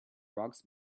rocks